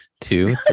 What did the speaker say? two